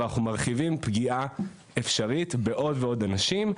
אבל אנחנו מרחיבים פגיעה אפשרית בעוד ועוד אנשים,